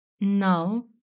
Now